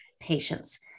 patients